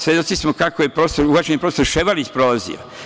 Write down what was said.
Svedoci smo kako je uvaženi profesor Ševarlić prolazio.